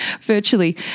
virtually